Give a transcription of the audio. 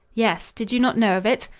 yes. did you not know of it?